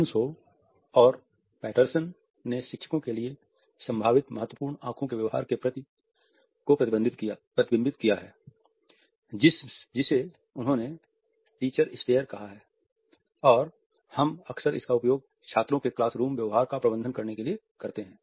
मानुसोव और पैटरसन कहा है और हम अक्सर इसका उपयोग छात्रों के क्लास रूम व्यवहार का प्रबंधन करने के लिए करते हैं